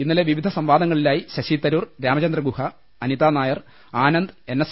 ഇന്നലെ പിവിധ ്സംവാദങ്ങളിലായി ശശിതരൂർ രാമചന്ദ്രഗുഹ അനിതനായർ ആനന്ദ് എൻഎസ്